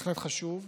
בהחלט חשוב.